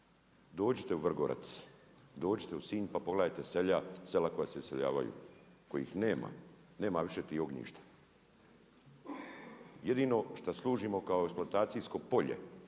Dođite u Vrgorac, dođite u Sinj pa pogledajte sela koja se iseljavaju, kojih nema, nema više tih ognjišta. Jedino šta služimo kao eksploatacijsko polje